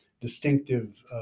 distinctive